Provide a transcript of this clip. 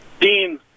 dean